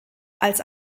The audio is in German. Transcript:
als